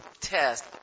test